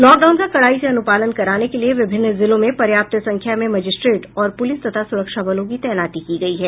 lockdown का कड़ाई से अनुपालन कराने के लिये विभिन्न जिलों में पर्याप्त संख्या में मजिस्ट्रेट और पुलिस तथा सुरक्षा बलों की तैनाती की गयी है